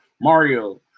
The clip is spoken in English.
Mario